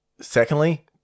Secondly